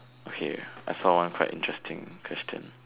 okay I saw one quite interesting question